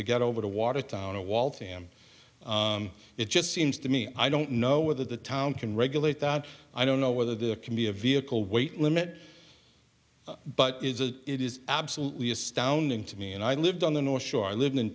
to get over to watertown a wall to him it just seems to me i don't know whether the town can regulate that i don't know whether there can be a vehicle weight limit but it is absolutely astounding to me and i lived on the north shore lived in